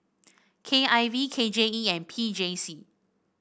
K I V K J E and P J C